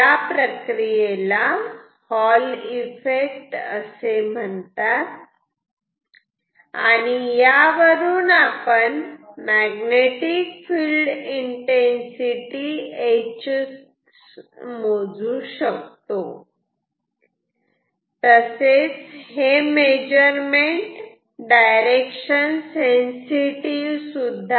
त्या प्रक्रियेला Hall effect असे म्हणतात आणि यावरून आपण मॅग्नेटिक फिल्ड इन्टेन्सिटी H मोजू शकतो तसेच हे मेजरमेंट डायरेक्शन सेन्सिटिव्ह आहे